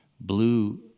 blue